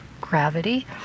gravity